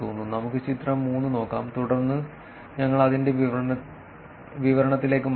നമുക്ക് ചിത്രം 3 നോക്കാം തുടർന്ന് ഞങ്ങൾ അതിന്റെ വിവരണത്തിലേക്ക് മടങ്ങും